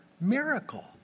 Miracle